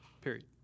Period